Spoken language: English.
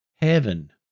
heaven